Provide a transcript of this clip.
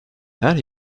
her